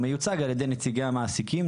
והוא מיוצג על ידי נציגי המעסיקים,